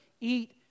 eat